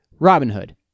Robinhood